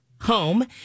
home